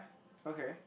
okay